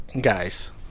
guys